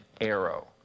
arrow